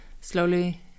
slowly